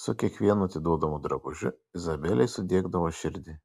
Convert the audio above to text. su kiekvienu atiduodamu drabužiu izabelei sudiegdavo širdį